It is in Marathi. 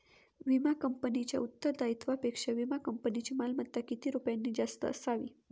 विमा कंपनीच्या उत्तरदायित्वापेक्षा विमा कंपनीची मालमत्ता किती रुपयांनी जास्त असावी?